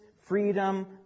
freedom